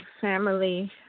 family